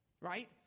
Right